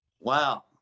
wow